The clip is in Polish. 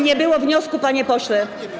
Nie było wniosku, panie pośle.